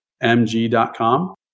mg.com